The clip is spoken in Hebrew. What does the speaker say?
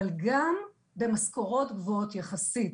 אבל גם במשכורות גבוהות יחסית.